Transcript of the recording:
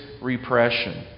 repression